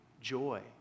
joy